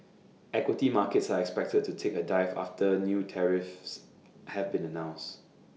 equity markets are expected to take A dive after new tariffs have been announced